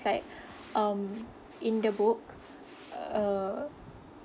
like um in the book uh